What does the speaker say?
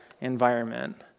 environment